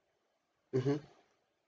mmhmm